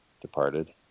departed